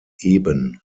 eben